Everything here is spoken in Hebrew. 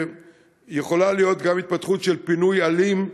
ויכולה להיות גם התפתחות של פינוי אלים,